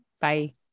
Bye